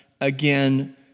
again